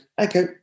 Okay